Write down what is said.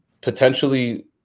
potentially